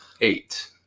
Eight